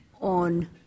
on